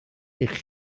eich